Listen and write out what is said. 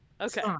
Okay